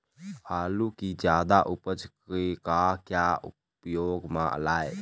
आलू कि जादा उपज के का क्या उपयोग म लाए?